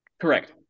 Correct